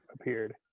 appeared